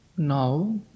Now